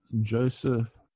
Joseph